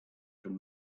from